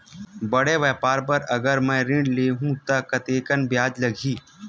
बड़े व्यापार बर अगर मैं ऋण ले हू त कतेकन ब्याज लगही?